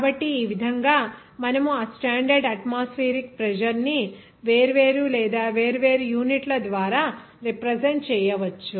కాబట్టి ఈ విధంగా మనము ఆ స్టాండర్డ్ అట్మాస్ఫియరిక్ ప్రెజర్ ని వేర్వేరు లేదా వేర్వేరు యూనిట్ల ద్వారా రిప్రజెంట్ చేయవచ్చు